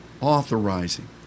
authorizing